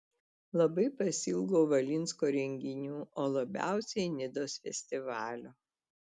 labai pasiilgau valinsko renginių o labiausiai nidos festivalio